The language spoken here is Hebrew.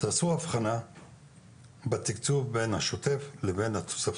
בבקשה תעשו הבחנה בתקצוב בין השוטף לבין התוספתי,